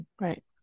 Right